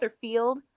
Field